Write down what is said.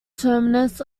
terminus